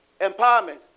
Empowerment